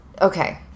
okay